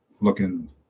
looking